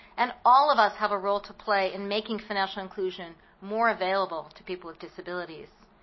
and all of us have a role to play in making financial inclusion more available to people with disabilities.